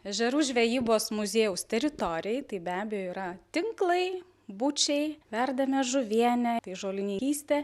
ežerų žvejybos muziejaus teritorijoj tai be abejo yra tinklai bučiai verdame žuvienę tai žolininkystė